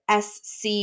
SC